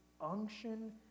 unction